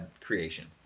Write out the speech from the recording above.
creation